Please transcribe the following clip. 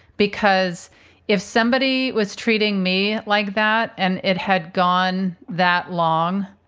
because if somebody was treating me like that and it had gone that long,